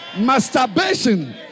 masturbation